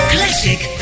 Classic